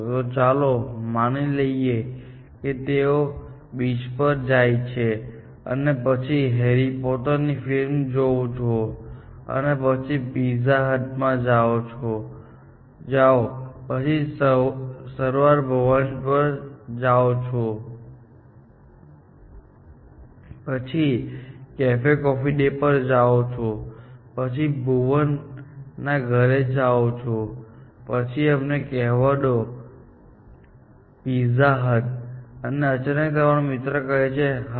તો ચાલો માની લઈએ કે તેઓ બીચ પર જાય છે અને પછી હેરી પોટર ફિલ્મ જોવા જાવ છો અને પછી પિઝા હટ માં જાઓ પછી સરવાના ભવન જાઓ છો પછી કેફે કોફી ડે પર જાઓ છો પછી ભૂવનના ઘરે જાઓ છો પછી અમને કહેવા દો પિઝા હટ અને અચાનક તમારો મિત્ર કહે છે હા